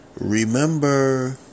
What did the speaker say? remember